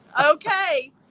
Okay